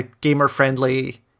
gamer-friendly